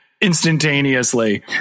instantaneously